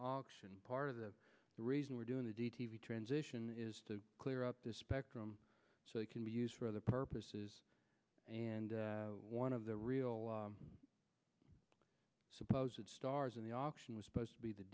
auction part of the reason we're doing the deed t v transition is to clear up the spectrum so it can be used for other purposes and one of the real supposed stars in the auction was supposed to be the